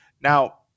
now